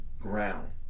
ground